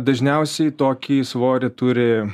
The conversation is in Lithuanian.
dažniausiai tokį svorį turi